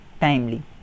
timely